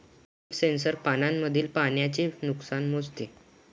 leaf sensor पानांमधील पाण्याचे नुकसान मोजते